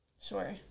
sure